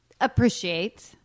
appreciate